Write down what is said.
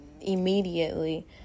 immediately